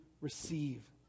receive